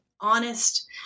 honest